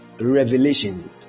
Revelation